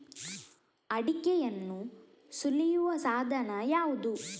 ಅಡಿಕೆಯನ್ನು ಸುಲಿಯುವ ಸಾಧನ ಯಾವುದು?